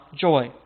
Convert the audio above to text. joy